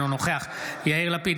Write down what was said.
אינו נוכח יאיר לפיד,